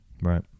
Right